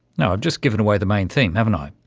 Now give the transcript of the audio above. now i've just given away the main theme haven't i?